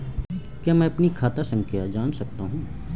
क्या मैं अपनी खाता संख्या जान सकता हूँ?